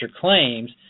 claims